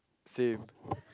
same